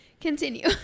Continue